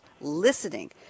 listening